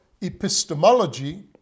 epistemology